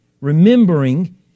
remembering